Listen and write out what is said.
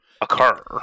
occur